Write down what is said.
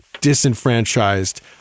disenfranchised